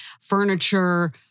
furniture